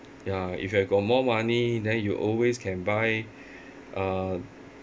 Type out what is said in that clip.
ya if you have got more money then you always can buy uh